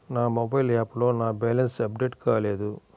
నా మొబైల్ యాప్లో నా బ్యాలెన్స్ అప్డేట్ కాలేదు